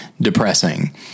depressing